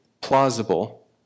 plausible